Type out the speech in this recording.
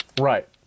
Right